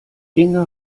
inge